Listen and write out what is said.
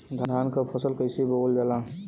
धान क फसल कईसे बोवल जाला?